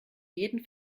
jeden